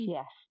yes